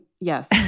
Yes